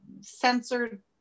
censored